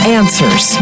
answers